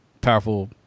Powerful